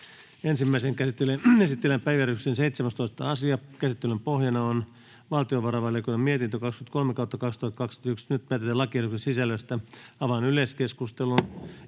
Ensimmäiseen käsittelyyn esitellään päiväjärjestyksen 7. asia. Käsittelyn pohjana on sivistysvaliokunnan mietintö SiVM 13/2021 vp. Nyt päätetään lakiehdotuksen sisällöstä. — Avaan yleiskeskustelun,